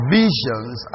visions